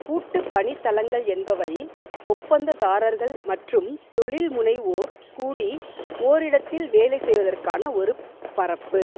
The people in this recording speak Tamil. கூட்டுப்பணித் தளங்கள் என்பவை ஒப்பந்ததாரர்கள் மற்றும் தொழில்முனைவோர் கூடி ஓரிடத்தில் வேலை செய்வதற்கான ஒரு பரப்பு